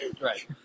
Right